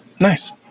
Nice